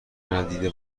ندیده